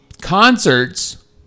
concerts